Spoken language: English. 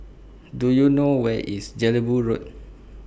Do YOU know Where IS Jelebu Road